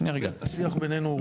השיח בינינו הוא רציף.